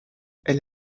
elle